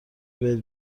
بهت